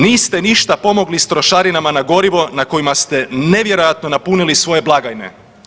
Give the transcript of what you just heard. Niste ništa pomogli s trošarinama na gorivo na kojima ste nevjerojatno napunili svoje blagajne.